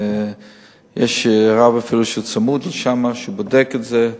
ויש אפילו רב שצמוד לשם ובודק את זה.